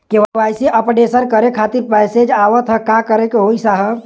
KYC updation करें खातिर message आवत ह का करे के होई साहब?